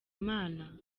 imana